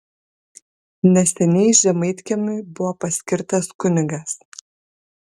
neseniai žemaitkiemiui buvo paskirtas kunigas